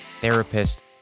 therapist